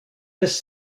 this